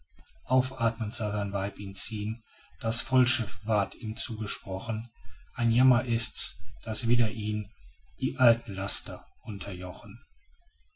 aufathmend sah sein weib ihn ziehn das vollschiff ward ihm zugesprochen ein jammer ist's daß wieder ihn die alten laster unterjochen